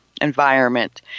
environment